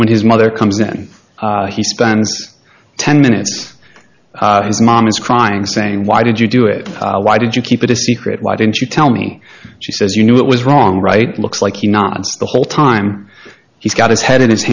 when his mother comes in he spends ten minutes as mom is crying saying why did you do it why did you keep it a secret why didn't you tell me she says you knew it was wrong right looks like you not the whole time he's got his head in his